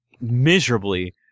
miserably